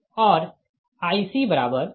IbIb1Ib2Ib0 और IcIc1Ic2Ic0